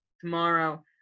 Tomorrow